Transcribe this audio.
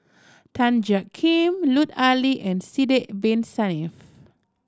Tan Jiak Kim Lut Ali and Sidek Bin Saniff